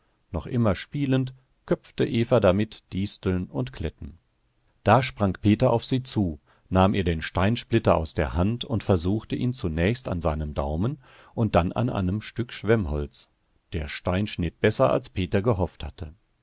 noch immer spielend köpfte eva damit disteln und kletten da sprang peter auf sie zu nahm ihr den steinsplitter aus der hand und versuchte ihn zunächst an seinem daumen und dann an einem stück schwemmholz der stein schnitt besser als peter gehofft hatte